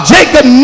Jacob